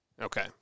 Okay